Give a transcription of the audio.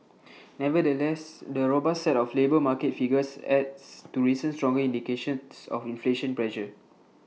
nevertheless the robust set of labour market figures adds to recent stronger indicators of inflation pressure